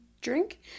drink